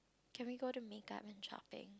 can we go to makeup and shopping